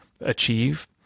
achieve